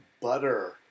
butter